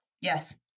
Yes